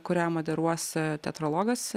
kurią moderuos teatrologas